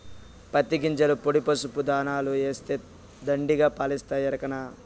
పత్తి గింజల పొడి పసుపు దాణాల ఏస్తే దండిగా పాలిస్తాయి ఎరికనా